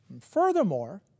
Furthermore